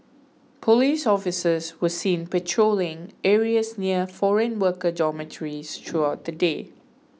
police officers were seen patrolling areas near foreign worker dormitories throughout the day